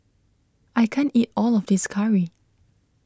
I can't eat all of this Curry